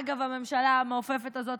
אגב הממשלה המעופפת הזאת,